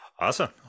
Awesome